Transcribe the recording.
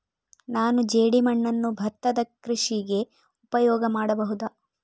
ನಾನು ಜೇಡಿಮಣ್ಣನ್ನು ಭತ್ತದ ಕೃಷಿಗೆ ಉಪಯೋಗ ಮಾಡಬಹುದಾ?